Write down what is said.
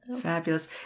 Fabulous